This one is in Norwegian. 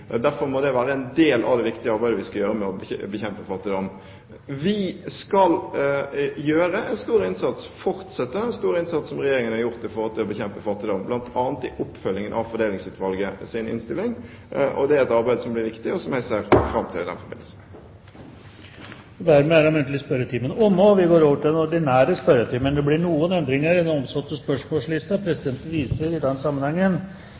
Derfor må dette være en del av det viktige arbeidet vi skal gjøre med å bekjempe fattigdom. Vi skal gjøre en stor innsats – fortsette den store innsatsen som Regjeringen har gjort i forhold til å bekjempe fattigdommen – bl.a. i oppfølgingen av Fordelingsutvalgets innstilling. Det er et arbeid som blir viktig, og som jeg ser fram til i den forbindelse. Dermed er den muntlige spørretimen omme, og vi går over til den ordinære spørretimen. Det blir noen endringer i den oppsatte spørsmålslisten, og presidenten viser i den sammenhengen